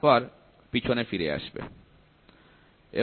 এখানে এই প্রতিফলনের মধ্যে পর্যায়ের পার্থক্য হতে পারে A1 এবং A2